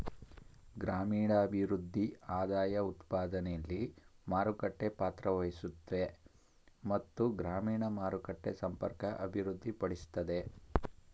ಗ್ರಾಮೀಣಭಿವೃದ್ಧಿ ಆದಾಯಉತ್ಪಾದನೆಲಿ ಮಾರುಕಟ್ಟೆ ಪಾತ್ರವಹಿಸುತ್ವೆ ಮತ್ತು ಗ್ರಾಮೀಣ ಮಾರುಕಟ್ಟೆ ಸಂಪರ್ಕ ಅಭಿವೃದ್ಧಿಪಡಿಸ್ತದೆ